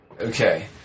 Okay